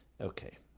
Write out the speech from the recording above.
Okay